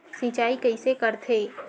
सिंचाई कइसे करथे?